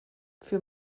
für